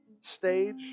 stage